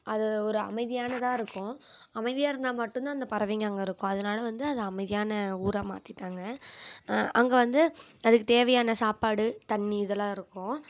அது ஒரு அமைதியானதாக இருக்கும் அமைதியாக இருந்தா மட்டும் தான் அந்த பறவைங்க அங்கே இருக்கும் அதனால வந்து அது அமைதியான ஊராக மாற்றிட்டாங்க அங்கே வந்து அதுக்கு தேவையான சாப்பாடு தண்ணி இது எல்லாம் இருக்கும்